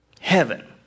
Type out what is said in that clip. Heaven